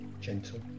gentle